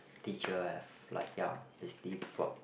teacher have like ya basically brought